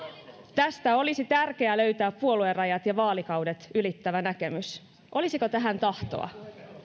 tästä olisi tärkeää löytää puoluerajat ja vaalikaudet ylittävä näkemys olisiko tähän tahtoa